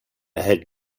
had